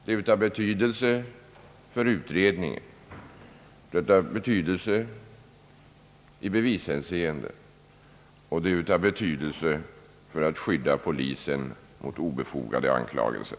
Det är av betydelse för utredningen, det är av betydelse i bevishänseende och det är av betydelse för att skydda polisen mot obefogade anklagelser.